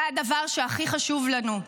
זה הדבר שהכי חשוב לנו,